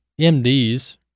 MDs